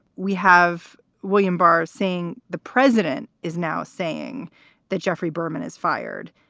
we have william barr saying the president is now saying that jeffrey berman is fired.